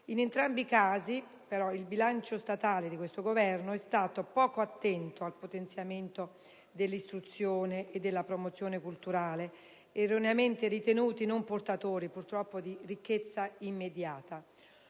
In entrambi i casi, però, il bilancio statale di questo Governo è stato poco attento al potenziamento dell'istruzione e della promozione culturale, erroneamente ritenuti non portatori di ricchezza immediata.